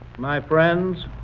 my friends,